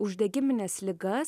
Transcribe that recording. uždegimines ligas